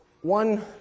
One